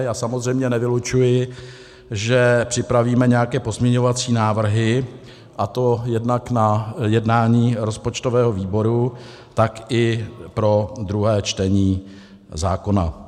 Já samozřejmě nevylučuji, že připravíme nějaké pozměňovací návrhy, a to jednak na jednání rozpočtového výboru, tak i pro druhé čtení zákona.